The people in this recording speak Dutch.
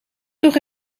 toch